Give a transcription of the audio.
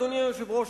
אדוני היושב-ראש,